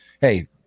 hey